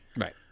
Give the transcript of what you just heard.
Right